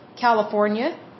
California